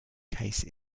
case